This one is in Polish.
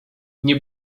nie